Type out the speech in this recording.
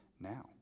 now